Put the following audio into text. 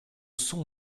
son